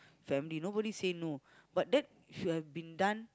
family nobody say no but that should have been done